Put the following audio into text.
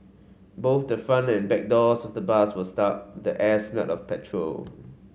both the front and back doors of the bus were stuck the air smelled of petrol